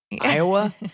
Iowa